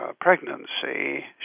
pregnancy